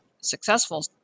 successful